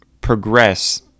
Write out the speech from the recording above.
progress